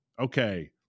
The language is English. okay